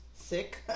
sick